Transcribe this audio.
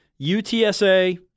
UTSA